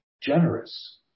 generous